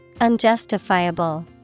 unjustifiable